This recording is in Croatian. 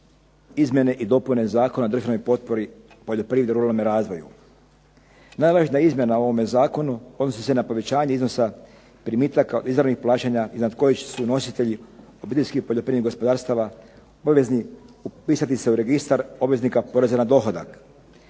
izmjene i dopune Zakona o državnoj potpori poljoprivredi i ruralnome razvoju. Najvažnija izmjena u ovome zakonu odnosi se na povećanje iznosa primitaka izravnih plaćanja iznad kojih su nositelji obiteljskih poljoprivrednih gospodarstava obvezni upisati se u Registar obveznika poreza na dohodak.